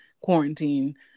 quarantine